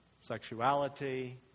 sexuality